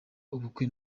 ubukwe